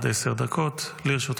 בבקשה, עד עשר דקות לרשותך.